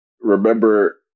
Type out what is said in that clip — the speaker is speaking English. Remember